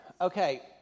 Okay